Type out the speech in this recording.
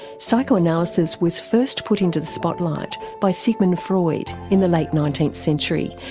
psychoanalysis was first put into the spotlight by sigmund freud in the late nineteenth century,